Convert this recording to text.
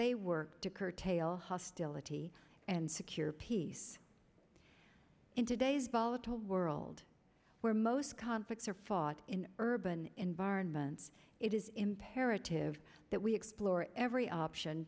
they work to curtail hostility and secure peace in today's volatile world where most conflicts are fought in urban environments it is imperative that we explore every option